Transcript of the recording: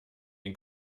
den